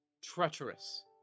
treacherous